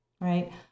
right